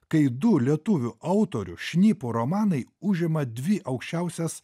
kai du lietuvių autorių šnipų romanai užima dvi aukščiausias